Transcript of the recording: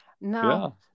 now